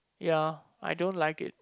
ya I don't like it